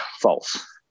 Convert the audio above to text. false